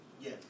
Yes